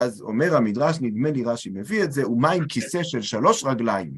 אז אומר המדרש, נדמה לי רש"י מביא את זה, ומה אם כיסא של שלוש רגליים.